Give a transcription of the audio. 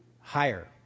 higher